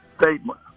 statement